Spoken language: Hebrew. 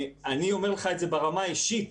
אני אומר לך את זה ברמה האישית: